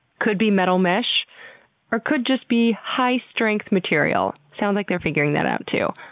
could be metal mesh or could just be high strength material. sounds like they're figuring that out too.